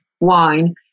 wine